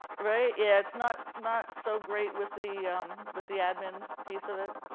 right? it's not not so great with the with the admin piece of it.